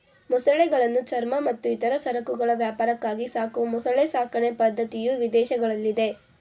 ಮೊಸಳೆಗಳನ್ನು ಚರ್ಮ ಮತ್ತು ಇತರ ಸರಕುಗಳ ವ್ಯಾಪಾರಕ್ಕಾಗಿ ಸಾಕುವ ಮೊಸಳೆ ಸಾಕಣೆ ಪದ್ಧತಿಯು ವಿದೇಶಗಳಲ್ಲಿದೆ